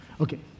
Okay